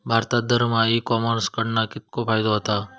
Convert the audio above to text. भारतात दरमहा e commerce कडणा कितको फायदो होता?